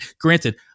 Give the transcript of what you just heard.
Granted